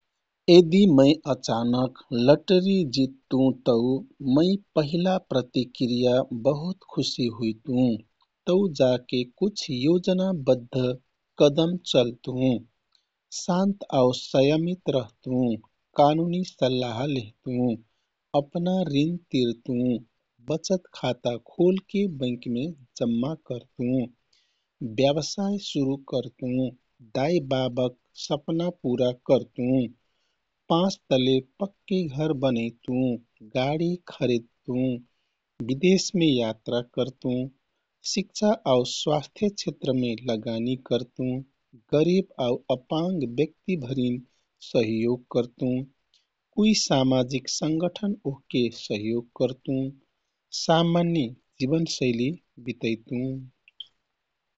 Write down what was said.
यदि मै अचानक लटरी जितमु तौ मैँ पहिला प्रतिक्रिया बहुत खुशी हुइतु तौजाके कुछ योजनाबद्ध कदम चल्तु। शान्त आउ संयमित रहतु, कानूनी सल्लाह लेहतु, अपना ऋण तिरतुँ, बचत खाता खोल्के बैंकमे जम्मा करतुँ, व्यवसाय सुरू करतुँ, दाइबाबाक सपना पूरा करतुँ, पाँचतले पक्की घर बनैतुँ, गाडी खरिदतुँ, विदेशमे यात्रा करतुँ, शिक्षा आउ स्वास्थ्य क्षेत्रमे लगानी करतुँ, गरीब आउ अपाङ्ग व्यक्ति भरिन सहयोग करतुँ, कुइ सामाजिक संगठन ओहके सहयोग करतुँ, सामान्य जीवनशैली बितैतुँ।